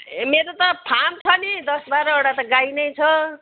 मेरो त फार्म छ नि दस बाह्रवटा त गाई नै छ